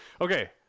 Okay